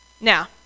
Now